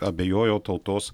abejojo tautos